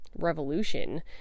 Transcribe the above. revolution